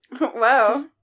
Wow